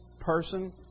person